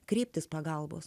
kreiptis pagalbos